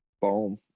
boom